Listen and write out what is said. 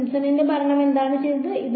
സിംപ്സണിന്റെ ഭരണം എന്താണ് ചെയ്തത്